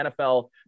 NFL